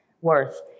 worth